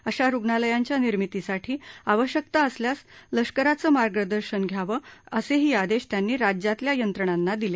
अशा रुग्णालयांच्या निर्मितीसाठी आवश्यकता असल्यास लष्कराचे मार्गदर्शन घ्यावं असेही आदेश त्यांनी राज्यातल्या यंत्रणांना दिले